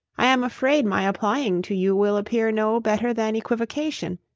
i am afraid my applying to you will appear no better than equivocation,